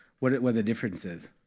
what are the differences?